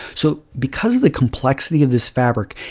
so, because of the complexity of this fabric,